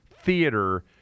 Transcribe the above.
Theater